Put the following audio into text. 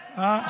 היא לא יצאה.